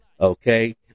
okay